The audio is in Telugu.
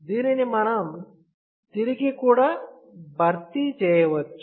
దీనిని మనం తిరిగి కూడా భర్తీ చేయవచ్చు